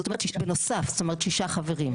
זאת אומרת בנוסף שישה חברים.